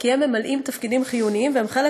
כי הם ממלאים תפקידים חיוניים והם חלק